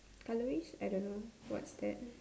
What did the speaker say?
orange I don't know what's that